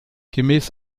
gemäß